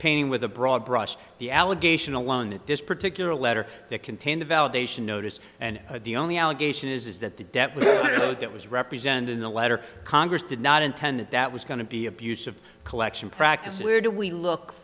painting with a broad brush the allegation alone that this particular letter that contained the validation notice and the only allegation is that the debt that was represented in the letter congress did not intend that that was going to be abusive collection practices where do we look